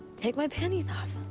take my panties off.